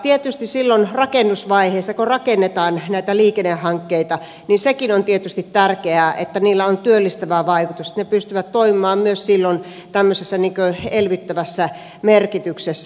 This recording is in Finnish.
tietysti silloin rakennusvaiheessa kun rakennetaan näitä liikennehankkeita sekin on tietysti tärkeää että niillä on työllistävä vaikutus että ne pystyvät toimimaan myös silloin tämmöisessä elvyttävässä merkityksessä